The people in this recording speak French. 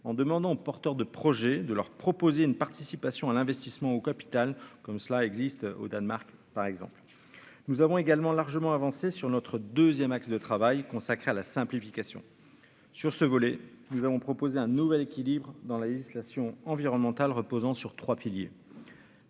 en demandant aux porteurs de projets, de leur proposer une participation à l'investissement au capital comme cela existe au Danemark, par exemple, nous avons également largement avancé sur notre 2ème, axe de travail consacré à la simplification sur ce volet, nous allons proposer un nouvel équilibre dans la législation environnementale reposant sur 3 piliers.